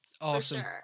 Awesome